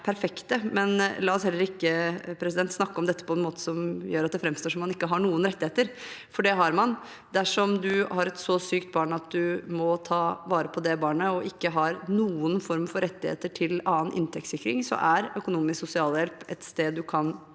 la oss heller ikke snakke om dette på en måte som gjør at det framstår som at man ikke har noen rettigheter – for det har man. Dersom du har et så sykt barn at du må ta vare på det barnet, og ikke har noen form for rettigheter til annen inntektssikring, er økonomisk sosialhjelp et sted du kan få